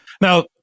now